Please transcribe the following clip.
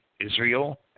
Israel